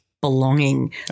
belonging